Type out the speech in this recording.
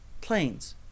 planes